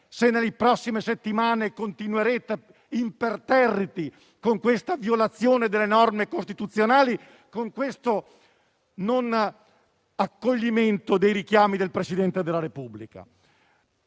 se nelle prossime settimane continuerete imperterriti con questa violazione delle norme costituzionali e a non accogliere i richiami del Presidente della Repubblica.